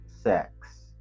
sex